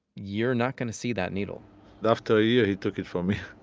you're not going to see that needle after a year, he took it from me.